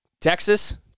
Texas